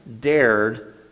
dared